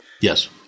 Yes